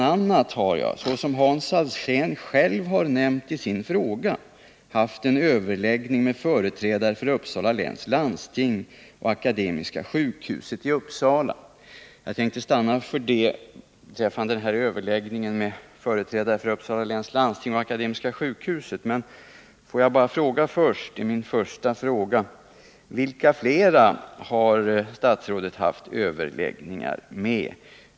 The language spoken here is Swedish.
a. har jag, som Hans Alsén själv har nämnt i sin fråga, haft en överläggning med företrädare för Uppsala läns landsting och Akademiska sjukhuset i Uppsala.” Jag tänkte ta fasta på vad som sägs om en överläggning med företrädare för Uppsala läns landsting och Akademiska sjukhuset i Uppsala, men vill först fråga: Vilka andra instanser har statsrådet haft överläggningar med?